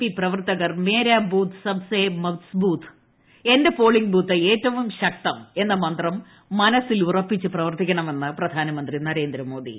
P പ്രവർത്തകർ മേരാ booth Sabse Mazboot എന്റെ polling booth ഏറ്റവും ശക്തം എന്ന മന്ത്രം മനസ്സിലുറപ്പിച്ച് പ്രവർത്തിക്കണമെന്ന് പ്രധാനമന്ത്രി നരേന്ദ്രമോദി